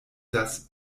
das